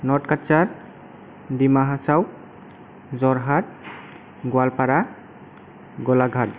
north Cachar Dima Hasao Jorhat Goalpara Golaghat